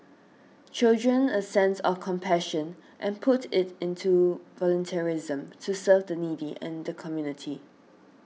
children a sense of compassion and put it into volunteerism to serve the needy and the community